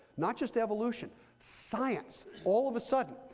not just evolution, science. all of a sudden,